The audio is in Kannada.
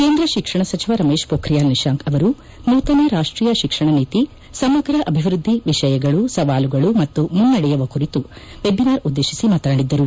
ಕೇಂದ್ರ ಶಿಕ್ಷಣ ಸಚಿವ ರಮೇಶ್ ಪೋಖಿಯಾಲ್ ನಿಶಾಂಕ್ ಅವರು ನೂತನ ರಾಷ್ಟೀಯ ಶಿಕ್ಷಣ ನೀತಿ ಸಮಗ್ರ ಅಭಿವೃದ್ದಿ ವಿಷಯಗಳು ಸವಾಲುಗಳು ಮತ್ತು ಮುನ್ನಡೆಯುವ ಕುರಿತ ವೆಬಿನಾರ್ ಉದ್ದೇಶಿಸಿ ಮಾತನಾಡಿದರು